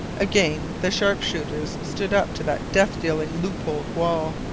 again the sharpshooters stood up to that death-dealing loopholed wall.